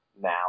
now